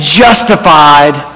justified